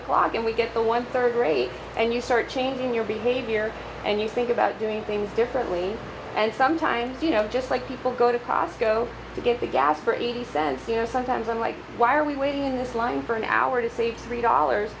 o'clock and we get a one third rate and you start changing your behavior and you think about doing things differently and sometimes you know just like people go to costco to get the gas for eighty cents you know sometimes i'm like why are we waiting this line for an hour to save three dollars